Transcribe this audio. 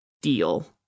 deal